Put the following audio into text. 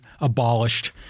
abolished